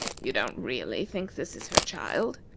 you don't really think this is her child?